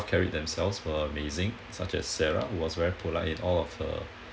carry themselves were amazing such as sarah was very polite in all of her